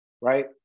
right